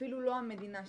אפילו לא המדינה שלי.